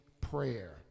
prayer